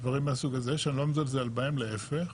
דברים מהסוג הזה שאני לא מזלזל בהם, להיפך.